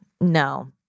No